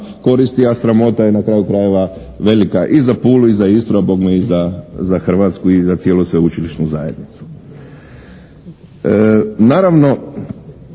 koristi, a sramota je na kraju krajeva velika. I za Pulu i za Istru a bogme i za Hrvatsku i za cijelu sveučilišnu zajednicu. Naravno